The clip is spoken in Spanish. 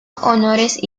honores